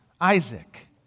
Isaac